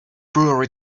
brewery